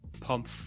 pump